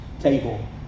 table